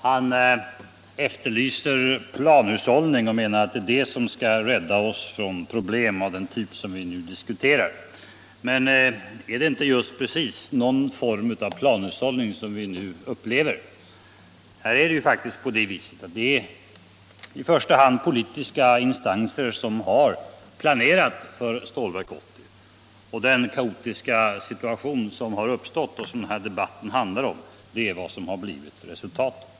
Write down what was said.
Han efterlyser planhushållning och menar att det är det som skall rädda oss från problem av den typ som vi nu diskuterar. Men är det inte just någon form av planhushållning som vi nu upplever? Det är ju politiska instanser som har planerat för Stålverk 80, och den kaotiska situation som uppstått och som den här debatten handlar om är vad som har blivit resultatet.